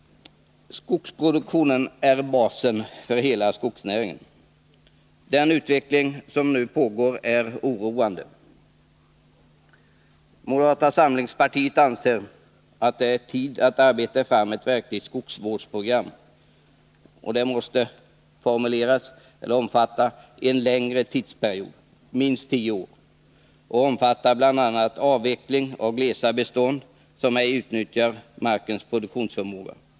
Skogsproduktionen är basen för hela skogsnäringen. Den utveckling som nu pågår är oroande. Moderata samlingspartiet anser att det är tid att arbeta fram ett verkligt skogsvårdsprogram. Det måste omfatta en längre tidsperiod, minst tio år, och inbegripa bl.a. avveckling av glesa bestånd som ej utnyttjar markens produktionsförmåga.